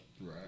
Right